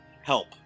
Help